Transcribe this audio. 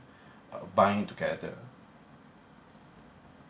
uh bind together